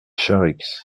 charix